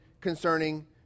concerning